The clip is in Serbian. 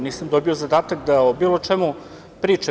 Nisam dobio zadatak da o bilo čemu pričam.